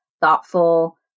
thoughtful